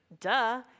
duh